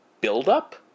build-up